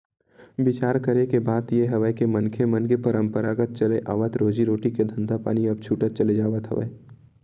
बिचार करे के बात ये हवय के मनखे मन के पंरापरागत चले आवत रोजी रोटी के धंधापानी ह अब छूटत चले जावत हवय